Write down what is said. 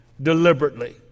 deliberately